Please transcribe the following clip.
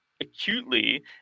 acutely